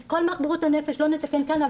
את כל בריאות הנפש לא נתקן כאן אבל